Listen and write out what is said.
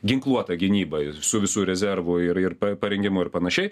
ginkluota gynyba ir su visu rezervu ir ir parengimu ir panašiai